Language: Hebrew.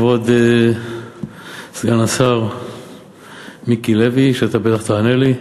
כבוד סגן השר מיקי לוי, ואתה בטח תענה לי,